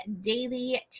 Daily